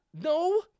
no